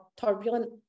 turbulent